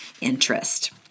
interest